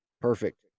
Perfect